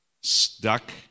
stuck